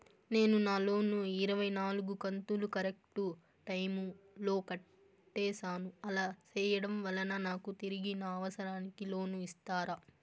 నేను నా లోను ఇరవై నాలుగు కంతులు కరెక్టు టైము లో కట్టేసాను, అలా సేయడం వలన నాకు తిరిగి నా అవసరానికి లోను ఇస్తారా?